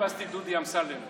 חיפשתי את דודי אמסלם.